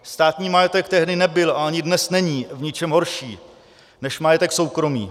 Státní majetek tehdy nebyl a ani dnes není v ničem horší než majetek soukromý.